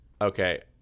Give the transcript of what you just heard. Okay